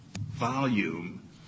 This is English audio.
volume